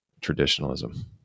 traditionalism